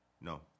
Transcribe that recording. no